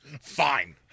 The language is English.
fine